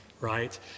right